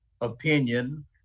opinion